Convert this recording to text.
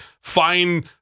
fine